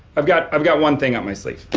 i've got i've got one thing on my sleeve.